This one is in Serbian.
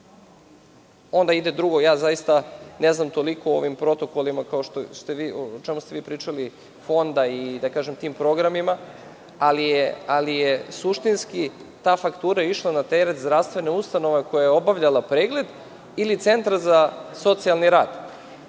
ide drugo, zaista ne znam toliko o ovim protokolima o čemu ste vi pričali, Fonda i da kažem tim programima, ali je suštinski ta faktura išla na teret zdravstvene ustanove koja je obavljala pregled, ili centra za socijalni rad.